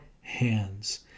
hands